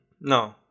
No